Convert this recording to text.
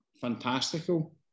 fantastical